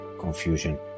confusion